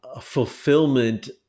fulfillment